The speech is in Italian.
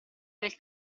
del